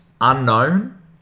unknown